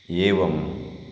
एवम्